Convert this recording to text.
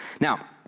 Now